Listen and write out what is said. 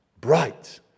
Bright